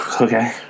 Okay